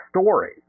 story